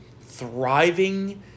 Thriving